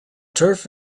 turf